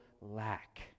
lack